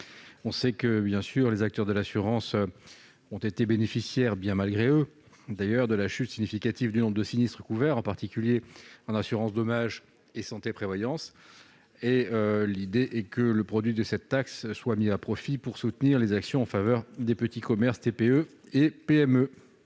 On sait que ces derniers ont été bénéficiaires, bien malgré eux, d'ailleurs, de la chute significative du nombre de sinistres couverts, en particulier en assurance dommages et santé-prévoyance. L'idée est que le produit de cette taxe soit mis à profit pour soutenir les actions en faveur des petits commerces, TPE et PME.